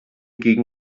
gegen